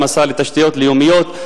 השר לתשתיות לאומיות.